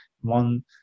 One